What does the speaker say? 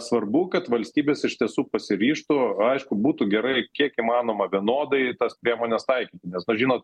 svarbu kad valstybės iš tiesų pasiryžtų aišku būtų gerai kiek įmanoma vienodai tas priemones taikyti nes na žinot